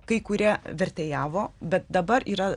kai kurie vertėjavo bet dabar yra